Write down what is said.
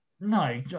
no